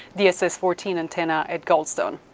the ss fourteen antenna at goldstone.